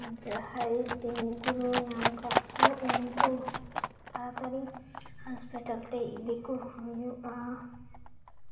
ᱡᱟᱦᱟᱸᱭ ᱰᱮᱝᱜᱩ ᱨᱩᱣᱟᱹ ᱧᱟᱢ ᱟᱠᱟᱫ ᱠᱚ ᱩᱱᱠᱩ ᱛᱟᱲᱟᱛᱟᱹᱲᱤ ᱦᱟᱥᱯᱤᱴᱟᱞ ᱛᱮ ᱤᱫᱤ ᱠᱚ ᱦᱩᱭᱩᱜᱼᱟ